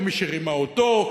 או מי שרימה אותו?